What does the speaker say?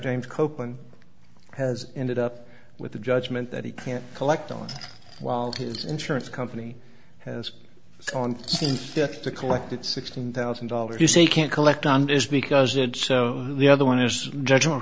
james copeland has ended up with the judgment that he can't collect on while his insurance company has gone seems to collect it sixteen thousand dollars you say you can't collect on this because it's so the other one is judgment